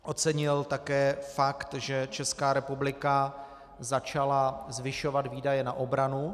Ocenil také fakt, že Česká republika začala zvyšovat výdaje na obranu.